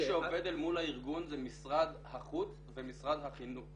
מי שעובד אל מול הארגון זה משרד החוץ ומשרד החינוך.